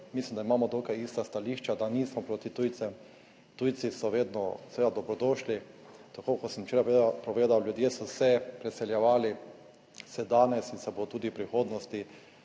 mislim, da imamo dokaj ista stališča, da nismo proti tujcem, tujci so vedno seveda dobrodošli. Tako kot sem včeraj povedal, ljudje so se preseljevali, se danes in se bo tudi v prihodnosti,